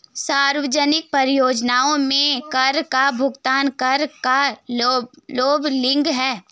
सार्वजनिक परियोजनाओं में कर का भुगतान कर का लेबलिंग है